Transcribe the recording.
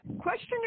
Question